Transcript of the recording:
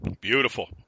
Beautiful